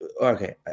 okay